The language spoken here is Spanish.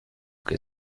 que